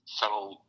settle